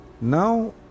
now